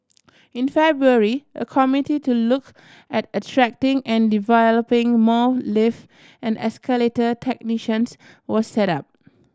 in February a committee to look at attracting and developing more lift and escalator technicians was set up